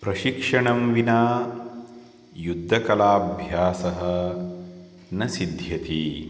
प्रशिक्षणं विना युद्धकलाभ्यासः न सिद्ध्यति